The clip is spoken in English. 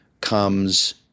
comes